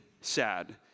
sad